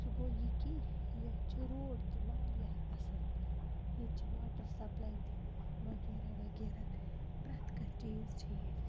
سُہ گوٚو یہِ کہِ یَتھ چھِ روڈ تہِ واریاہ اَصٕل ییٚتہِ چھِ واٹَر سَپلَے تہِ وغیرہ وغیرہ پرٛٮ۪تھ کانٛہہ چیٖز چھِ ییٚتہِ